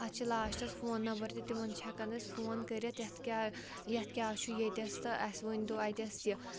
اَتھ چھِ لاسٹَس فون نَمبَر تہِ تِمَن چھِ ہٮ۪کان أسۍ فون کٔرِتھ یَتھ کیٛاہ یَتھ کیٛاہ چھُ ییٚتٮ۪س تہٕ اَسہِ ؤنۍ تَو اَتٮ۪س یہِ